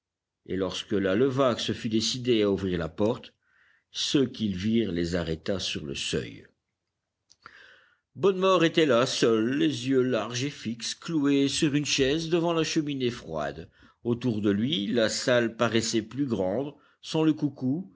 et lorsque la levaque se fut décidée à ouvrir la porte ce qu'ils virent les arrêta sur le seuil bonnemort était là seul les yeux larges et fixes cloué sur une chaise devant la cheminée froide autour de lui la salle paraissait plus grande sans le coucou